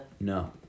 No